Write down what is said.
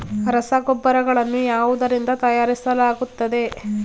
ರಸಗೊಬ್ಬರಗಳನ್ನು ಯಾವುದರಿಂದ ತಯಾರಿಸಲಾಗುತ್ತದೆ?